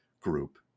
group